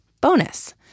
bonus